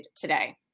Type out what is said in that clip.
today